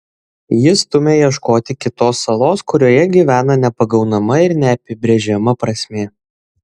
ji stumia ieškoti kitos salos kurioje gyvena nepagaunama ir neapibrėžiama prasmė